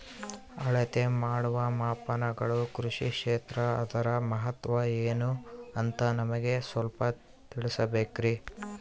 ಅಳತೆ ಮಾಡುವ ಮಾಪನಗಳು ಕೃಷಿ ಕ್ಷೇತ್ರ ಅದರ ಮಹತ್ವ ಏನು ಅಂತ ನಮಗೆ ಸ್ವಲ್ಪ ತಿಳಿಸಬೇಕ್ರಿ?